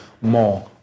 more